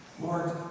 Lord